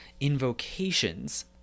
invocations